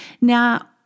Now